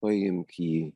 paimk jį